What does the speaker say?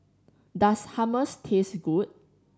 does Hummus taste good